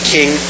King